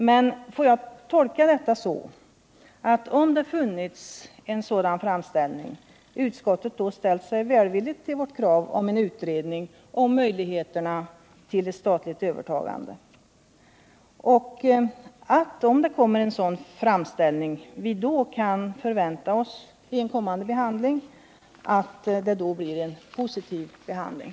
Men får jag tolka utskottets skrivning så, att om det hade funnits en sådan framställning så hade utskottet ställt sig välvilligt till vårt krav på en utredning om möjligheterna till ett statligt övertagande? Och om det kommer en sådan framställning, kan vi då förvänta oss en positiv behandling?